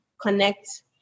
connect